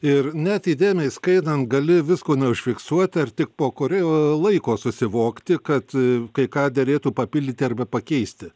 ir net įdėmiai skaitant gali visko neužfiksuoti ir tik po kurio laiko susivokti kad kai ką derėtų papildyti arba pakeisti